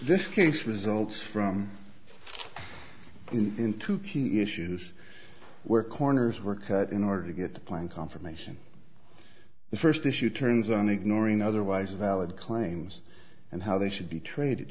this case results from going into key issues where corners were cut in order to get the plane confirmation the first issue turns on ignoring otherwise valid claims and how they should be treated